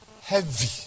Heavy